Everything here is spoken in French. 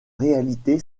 réalité